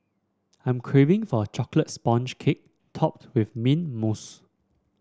I am craving for a chocolate sponge cake topped with mint mousse